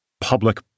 public